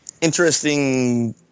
interesting